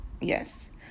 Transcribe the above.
yes